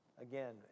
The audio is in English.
Again